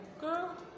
Girl